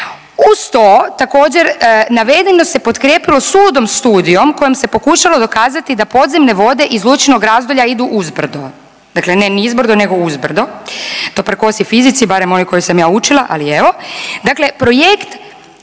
Uz to također navedeno se potkrijepilo suludom studijom kojom se pokušalo dokazati da podzemne vode iz Lučinog Razdolja idu uzbrdo, dakle ne nizbrdo nego uzbrdo, to prkosi fizici, barem onoj kojoj sam ja učila, ali evo, dakle projekt